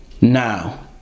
now